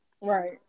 right